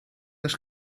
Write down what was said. eens